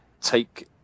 take